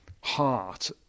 heart